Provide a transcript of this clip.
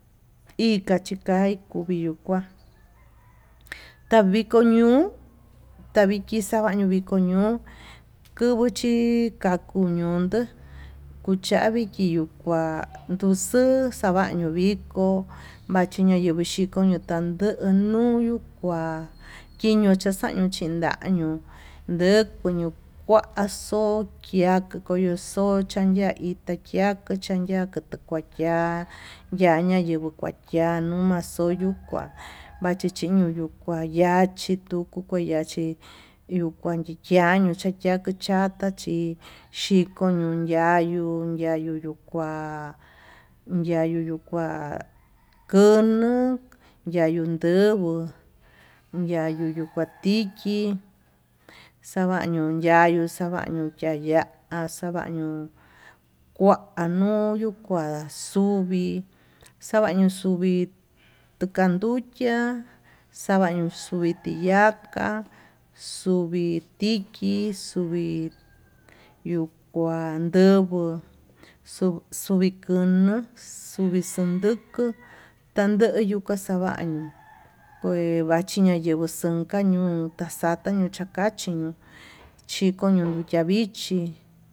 Ika chikai kuyuu kuá taviko ñuu taviki xañai taviko ñuu kuvuu chi ka'a, kuñondo kuchavi kiyuu kuá xavaño nduxuu xavaño viko machiña xhivi xhiko yuu tanduu nuyuu kua kiño chachayu chindavi, añuu nduku kuaxo yiki kiñoxokiá ña'í chanxiko chindo xan xiako ndukuachia ya'a nayeguo kuachiá nuu ma'a xoyuu kuá, vachichiño yuu kua ya'á chi nduku kua yachí yuu kua chintianu yukua kuachiá yatachi xhiko ñuu yayuu, yayuu yuu kua yayuu yuu kua kunu yayuu nduguó yayuu yuu kua tichí xavañu yayu xavañio ya'a ha xavañuu kua ñuu yuu kua xuvii xasvaño xuvii, n dukan nduchiá xavañuu yui tiyaka xuvitiki xuvi yuu kuan ndunguo xuvii kono, xuvii xanduku tando nduka xavaño kue vachinayeguo kuenka ñuu utaxata untakachi ñuu xhiko ño'o tavichí.